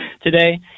today